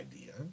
idea